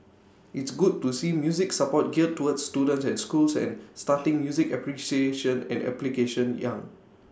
it's good to see music support geared towards students and schools and starting music appreciation and application young